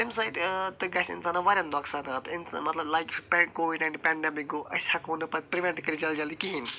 تمہِ سۭتۍ تہِ گژھِ انسانن واریاہ نۄقصانات مطلب لاٮ۪ک کووِڈ پٮ۪نڈمِک گوو أسۍ ہٮ۪کو نہٕ پتہٕ پرِوینٹ کٔرِتھ جلدی جلدی کہیٖنۍ